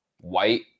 white